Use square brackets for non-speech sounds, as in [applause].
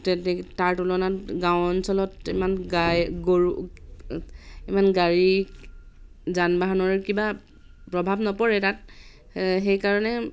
[unintelligible] তাৰ তুলনাত গাঁও অঞ্চলত ইমান গাই গৰু ইমান গাড়ী যান বাহনৰ কিবা প্ৰভাৱ নপৰে তাত সেইকাৰণে